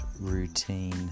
routine